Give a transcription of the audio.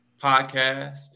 podcast